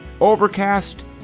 Overcast